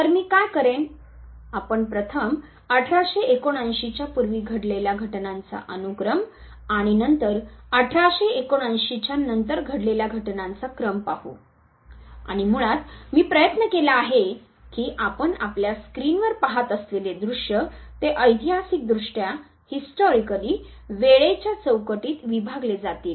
तर मी काय करेन आपण प्रथम 1879 च्या पूर्वी घडलेल्या घटनांचा अनुक्रम आणि नंतर 1879 च्या नंतर घडलेल्या घटनांचा क्रम पाहू आणि मुळात मी प्रयत्न केला आहे की आपण आपल्या स्क्रीनवर पहात असलेले दृश्य ते ऐतिहासिक दृष्ट्या वेळेच्या चौकटीत विभागले जातील